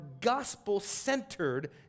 gospel-centered